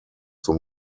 zum